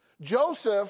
Joseph